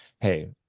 hey